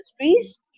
industries